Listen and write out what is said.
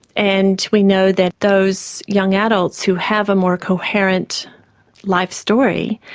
and we know that those young adults who have a more coherent life story,